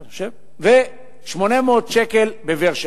ו-800 שקל בבאר-שבע.